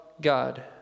God